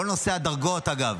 אגב,